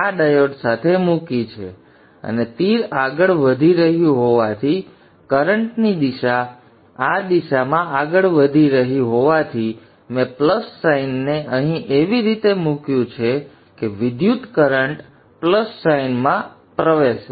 આ ડાયોડ સાથે મૂકી છે અને તીર આગળ વધી રહ્યું હોવાથી કરન્ટ દિશા આ દિશામાં આગળ વધી રહી હોવાથી મેં પ્લસ સાઇનને અહીં એવી રીતે મૂકી છે કે વિદ્યુતકરન્ટ પ્લસ સાઇનમાં પ્રવેશે